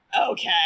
okay